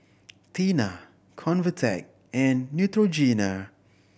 Tena Convatec and Neutrogena